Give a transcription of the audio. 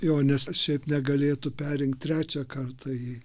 jo nes šiaip negalėtų perrinkt trečią kartą jį